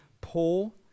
Paul